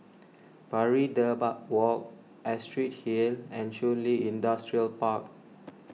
Pari Dedap Walk Astrid Hill and Shun Li Industrial Park